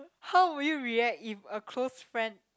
how would you react if a close friend